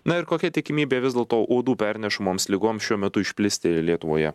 na ir kokia tikimybė vis dėlto uodų pernešamoms ligoms šiuo metu išplisti lietuvoje